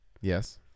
Yes